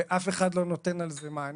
ואף אחד לא נותן על זה מענה.